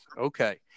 Okay